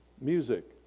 Music